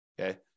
okay